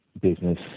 business